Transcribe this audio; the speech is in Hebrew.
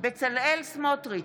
בצלאל סמוטריץ'